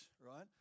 right